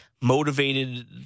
motivated